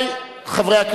נתקבלה.